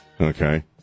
okay